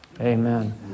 Amen